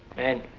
and,